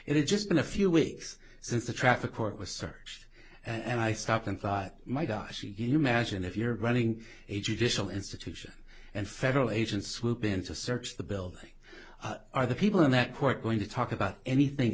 had just been a few weeks since the traffic court was searched and i stopped and thought my gosh he imagine if you're running a judicial institution and federal agents swoop in to search the building are the people in that court going to talk about anything